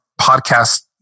podcast